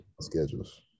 Schedules